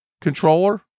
controller